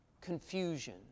confusion